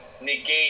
negate